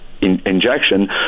injection